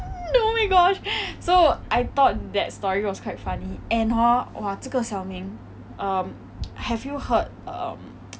oh my gosh so I thought that story was quite funny and hor !wah! 这个 xiao ming um have you heard um